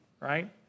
right